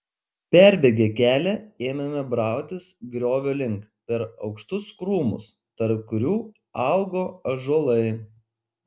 perbėgę kelią ėmėme brautis griovio link per aukštus krūmus tarp kurių augo ąžuolai